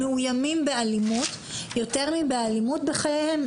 מאוימים באלימות, יותר מבאלימות, בחייהם.